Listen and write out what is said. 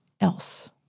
else